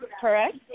correct